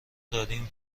داریم